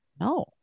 No